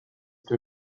too